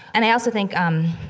and i also think, um,